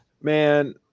Man